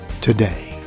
today